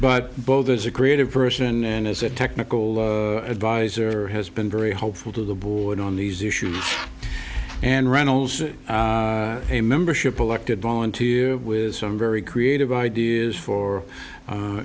but both as a creative person and as a technical advisor has been very helpful to the board on these issues and runnels a membership elected volunteer with some very creative ideas for